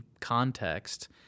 context